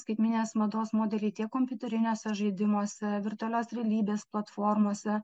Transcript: skaitmeninės mados modeliai tiek kompiuteriniuose žaidimuose virtualios realybės platformose